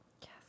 Yes